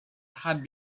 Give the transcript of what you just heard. had